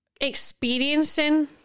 experiencing